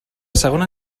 segona